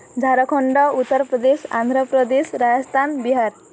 Jharkhand Uttar Pradesh Andhra Pradesh Rajasthan Bihar